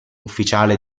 ufficiale